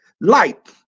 light